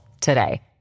today